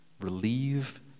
relieve